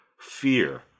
fear